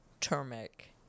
turmeric